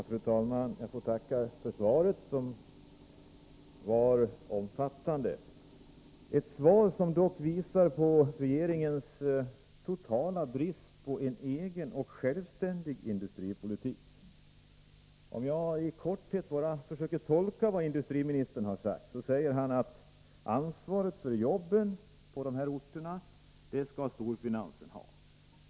Fru talman! Jag får tacka för svaret, som var omfattande. Svaret visar dock regeringens totala brist på en egen och självständig industripolitik. Jag skall i korthet försöka göra en tolkning av industriministerns svar. Han säger att ansvaret för jobben på de här orterna skall tas av storfinansen.